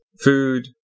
food